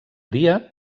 dia